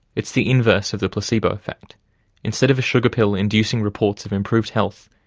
it's the inverse of the placebo effect instead of a sugar pill inducing reports of improved health,